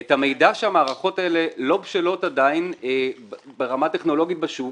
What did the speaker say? את המידע שהמערכות האלה לא בשלות עדיין ברמה הטכנולוגית בשוק,